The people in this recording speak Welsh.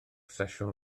sesiwn